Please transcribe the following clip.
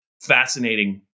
fascinating